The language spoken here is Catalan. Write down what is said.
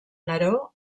neró